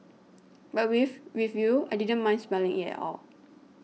but with with you I didn't mind smelling it at all